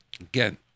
Again